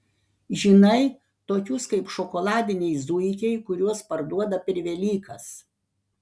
žinai tokius kaip šokoladiniai zuikiai kuriuos parduoda per velykas